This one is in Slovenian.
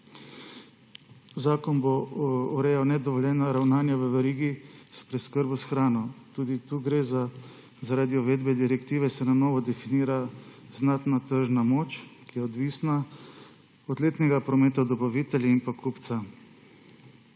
Zakon bo urejal nedovoljeno ravnanje v verigi s preskrbo s hrano. Zaradi uvedbe direktive se na novo definira znatna tržna moč, ki je odvisna od letnega prometa, dobaviteljev in kupca.